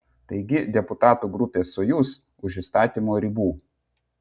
taigi deputatų grupė sojuz už įstatymo ribų